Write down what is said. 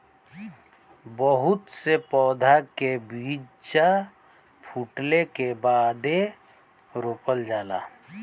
बहुत से पउधा के बीजा फूटले के बादे रोपल जाला